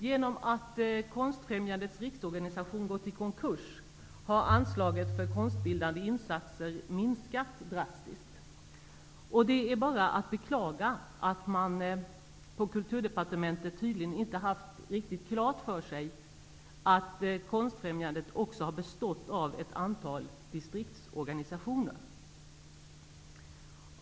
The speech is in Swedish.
Genom att Konstfrämjandets riksorganisation gått i konkurs har anslaget för konstbildande insatser minskat drastiskt. Det är bara att beklaga att man på Kulturdepartementet tydligen inte har haft riktigt klart för sig att Konstfrämjandet också har bestått av ett antal distriktsorganisationer.